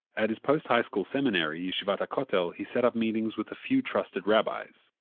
at his post-high-school seminary yeshivat ha'kotel he set up meetings with a few trusted rabbis.